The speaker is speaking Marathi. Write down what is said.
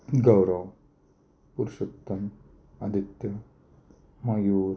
गौरव पुरूषोत्तम आदित्य मयूर